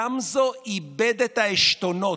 גמזו איבד את העשתונות.